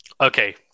Okay